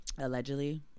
Allegedly